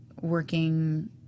working